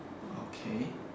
okay